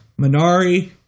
Minari